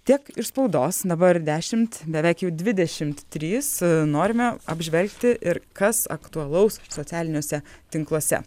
tiek iš spaudos dabar dešimt beveik jau dvidešimt trys norime apžvelgti ir kas aktualaus socialiniuose tinkluose